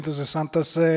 1966